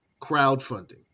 crowdfunding